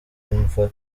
imva